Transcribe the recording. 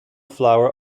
flower